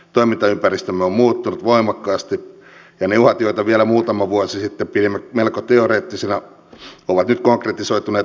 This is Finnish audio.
toimintaympäristömme on muuttunut voimakkaasti ja ne uhat joita vielä muutama vuosi sitten pidimme melko teoreettisina ovat nyt konkretisoituneet aivan eri tasolle